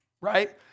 Right